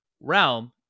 realm